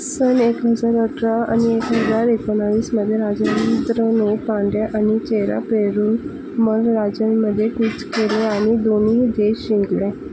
सन एक हजार अठरा आणि एक हजार एकोणवीसध्ये राजेंद्रने पांड्य आणि चेरा पेरुमल राज्यांमध्ये कूच केले आणि दोन्ही देश जिंकले